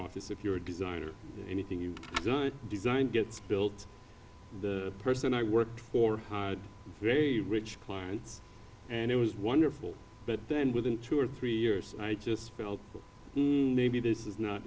office if you're a designer anything you design gets built the person i worked for hire very rich clients and it was wonderful but then within two or three years i just felt maybe this is not